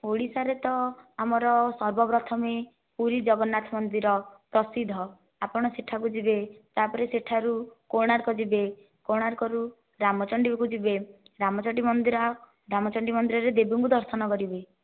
ଓଡ଼ିଶାରେ ତ ଆମର ସର୍ବ ପ୍ରଥମେ ପୁରୀ ଜଗନ୍ନାଥ ମନ୍ଦିର ପ୍ରସିଦ୍ଧ ଆପଣ ସେହିଠାକୁ ଯିବେ ତାପରେ ସେହିଠାରୁ କୋଣାର୍କ ଯିବେ କୋଣାର୍କରୁ ରାମଚଣ୍ଡୀକୁ ଯିବେ ରାମଚଣ୍ଡୀ ମନ୍ଦିର ରାମଚଣ୍ଡୀ ମନ୍ଦିରରେ ଦେବୀଙ୍କୁ ଦର୍ଶନ କରିବେ